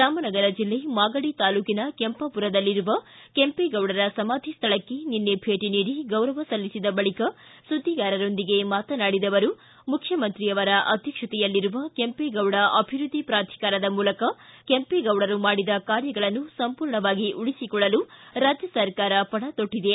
ರಾಮನಗರ ಜಿಲ್ಲೆ ಮಾಗಡಿ ತಾಲೂಕಿನ ಕೆಂಪಾಪುರದಲ್ಲಿರುವ ಕೆಂಪೇಗೌಡರ ಸಮಾಧಿ ಸ್ಥಳಕ್ಕೆ ನಿನ್ನೆ ಭೇಟಿ ನೀಡಿ ಗೌರವ ಸಲ್ಲಿಸಿದ ಬಳಕ ಸುದ್ನಿಗಾರರೊಂದಿಗೆ ಮಾತನಾಡಿದ ಅವರು ಮುಖ್ಯಮಂತ್ರಿಯವರ ಅಧ್ಯಕ್ಷತೆಯಲ್ಲಿರುವ ಕೆಂಪೇಗೌಡ ಅಭಿವೃದ್ಧಿ ಪ್ರಾಧಿಕಾರದ ಮೂಲಕ ಕೆಂಪೇಗೌಡರು ಮಾಡಿದ ಕಾರ್ಯಗಳನ್ನು ಸಂಪೂರ್ಣವಾಗಿ ಉಳಿಸಿಕೊಳ್ಳಲು ರಾಜ್ಯ ಸರ್ಕಾರ ಪಣ ತೊಟ್ಟದೆ